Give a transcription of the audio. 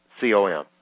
C-O-M